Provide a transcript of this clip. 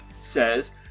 says